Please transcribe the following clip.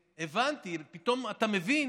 פתאום אתה מבין